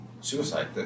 suicide